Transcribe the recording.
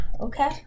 okay